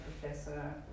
professor